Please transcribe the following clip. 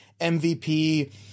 MVP